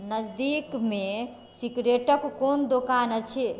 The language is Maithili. नजदीकमे सिकरेटक कोन दोकान अछि